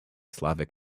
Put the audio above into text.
slavic